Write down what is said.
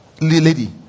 lady